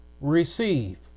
receive